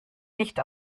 nicht